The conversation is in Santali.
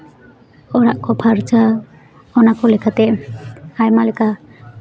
ᱚᱲᱟᱜ ᱠᱚ ᱯᱷᱟᱨᱪᱟ ᱚᱱᱟ ᱠᱚ ᱞᱮᱠᱟᱛᱮ ᱟᱭᱢᱟ ᱞᱮᱠᱟ